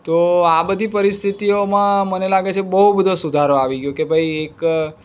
તો આ બધી પરિસ્થતિઓમાં મને લાગે છે બહુ બધો સુધારો આવી ગયો કે ભાઈ એક